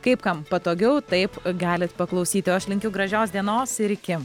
kaip kam patogiau taip galit paklausyti o aš linkiu gražios dienos ir iki